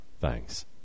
Thanks